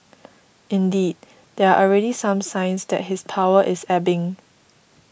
indeed there are already some signs that his power is ebbing